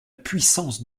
puissance